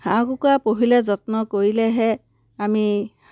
হাঁহ কুকুৰা পুহিলে যত্ন কৰিলেহে আমি